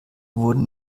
wurden